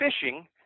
fishing